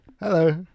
Hello